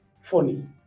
funny